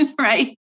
right